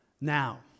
Now